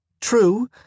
True